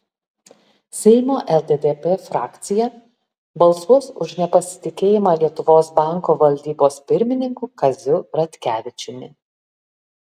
seimo lddp frakcija balsuos už nepasitikėjimą lietuvos banko valdybos pirmininku kaziu ratkevičiumi